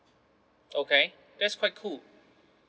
okay that's quite cool